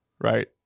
right